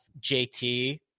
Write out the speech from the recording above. JT